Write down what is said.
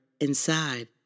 inside